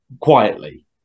quietly